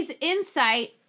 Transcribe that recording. insight